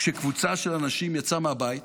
כשקבוצה של אנשים יצאה מהבית